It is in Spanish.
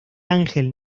ángel